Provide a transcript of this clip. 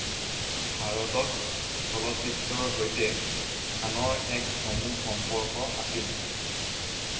ভাৰতত চলচ্চিত্ৰৰ সৈতে খানৰ এক চমু সম্পৰ্ক আছিল